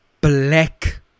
Black